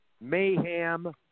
Mayhem